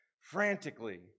frantically